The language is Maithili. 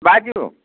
बाजू